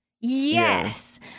Yes